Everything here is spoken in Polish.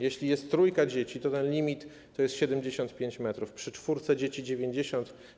Jeśli jest trójka dzieci, to ten limit to 75 m2, przy czwórce dzieci – 90 m2.